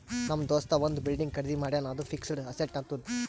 ನಮ್ ದೋಸ್ತ ಒಂದ್ ಬಿಲ್ಡಿಂಗ್ ಖರ್ದಿ ಮಾಡ್ಯಾನ್ ಅದು ಫಿಕ್ಸಡ್ ಅಸೆಟ್ ಆತ್ತುದ್